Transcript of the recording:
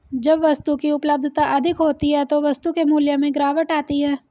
जब वस्तु की उपलब्धता अधिक होती है तो वस्तु के मूल्य में गिरावट आती है